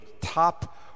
top